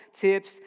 tips